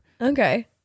Okay